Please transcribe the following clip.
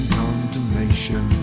condemnation